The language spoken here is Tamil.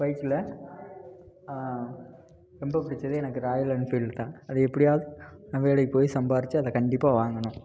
பைக்கில் ரொம்ப பிடிச்சதே எனக்கு ராயல் என்ஃபீல்டு தான் அது எப்படியாவது நான் வேலைக்குப் போய் சம்பாதிச்சி அதை கண்டிப்பாக வாங்கணும்